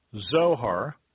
Zohar